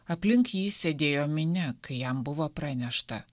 aplink jį sėdėjo minia kai jam buvo pranešta